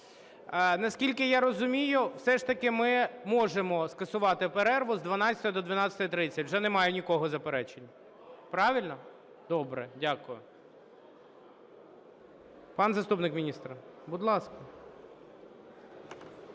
Наскільки я розумію, все ж таки ми можемо скасувати перерву з 12 до 12:30. Вже немає ні в кого заперечень, правильно? Добре, дякую. Пан заступник міністра, будь ласка.